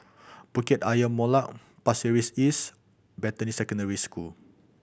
Bukit Ayer Molek Pasir Ris East Beatty Secondary School